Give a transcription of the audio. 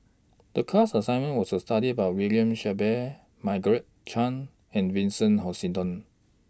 The class assignment was to study about William Shellabear Margaret Chan and Vincent Hoisington